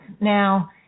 Now